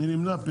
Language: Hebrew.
מי נמנע?